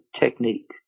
technique